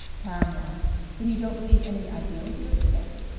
paramore then you don't believe any ideals are at stake?